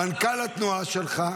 מנכ"ל התנועה שלך.